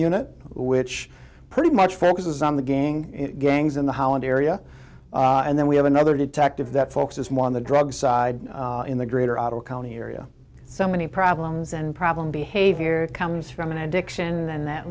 unit which pretty much focuses on the gang gangs in the holland area and then we have another detective that focuses more on the drug side in the greater outer county area so many problems and problem behavior comes from an addiction and that